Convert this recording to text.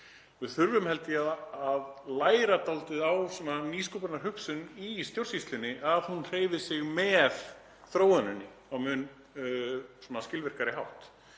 Við þurfum, held ég, að læra dálítið á nýsköpunarhugsun í stjórnsýslunni, að hún hreyfi sig með þróuninni á mun skilvirkari hátt.